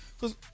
Cause